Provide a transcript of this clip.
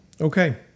Okay